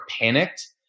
panicked